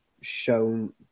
shown